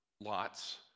lots